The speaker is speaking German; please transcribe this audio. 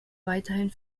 weiterhin